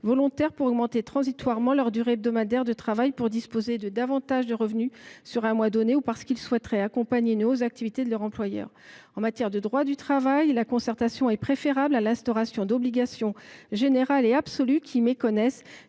volontaires pour augmenter transitoirement leur durée hebdomadaire de travail pour disposer de revenus plus importants sur un mois donné ou parce qu’ils souhaiteraient accompagner une hausse d’activité de leur employeur. En matière de droit du travail, la concertation est préférable à l’instauration d’obligations générales et absolues, qui méconnaissent